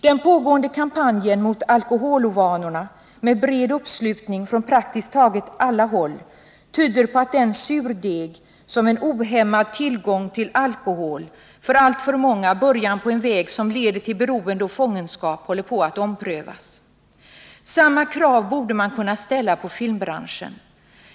Den pågående kampanjen mot alkoholvanorna, med bred uppslutning från praktiskt taget alla håll, tyder på att den surdeg som en ohämmad tillgång till alkohol — för alltför många början på en väg som leder till beroende och fångenskap — gett till resultat håller på att omprövas. Samma krav borde man kunna ställa på filmbranschen.